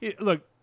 look